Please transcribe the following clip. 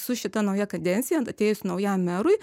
su šita nauja kadencija atėjus naujam merui